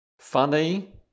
Funny